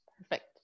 Perfect